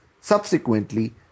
subsequently